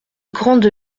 grande